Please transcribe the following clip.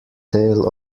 tale